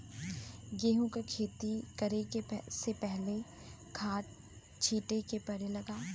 गेहू के खेती करे से पहिले खाद छिटे के परेला का?